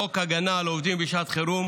חוק הגנה על עובדים בשעת חירום